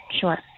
Sure